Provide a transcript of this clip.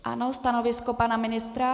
Ano. Stanovisko pana ministra?